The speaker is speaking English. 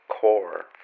core